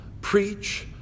preach